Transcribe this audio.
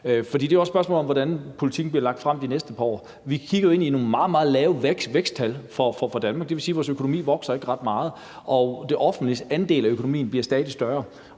det er jo også spørgsmålet om, hvordan politikken bliver lagt frem de næste par år. Vi kigger jo ind i nogle meget, meget lave væksttal for Danmark. Det vil sige, at vores økonomi ikke vokser ret meget, og at det offentliges andel af økonomien bliver stadig større.